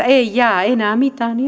ei jää enää mitään